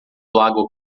lago